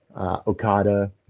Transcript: Okada